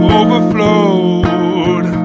overflowed